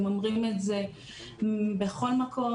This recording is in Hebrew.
הם אומרים את זה בכל מקום,